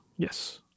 Yes